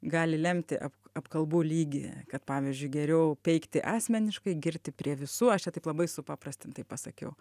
gali lemti apkalbų lygį kad pavyzdžiui geriau peikti asmeniškai girti prie visų aš čia taip labai supaprastintai pasakiau